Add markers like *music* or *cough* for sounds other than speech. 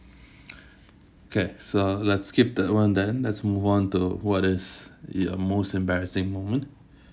*breath* okay so let's skip that one then let's move on to what is your most embarrassing moment